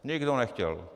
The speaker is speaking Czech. Nikdo nechtěl.